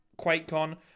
QuakeCon